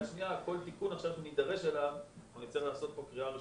השנייה כל תיקון שנידרש אליו יצטרך לעבור קריאה ראשונה,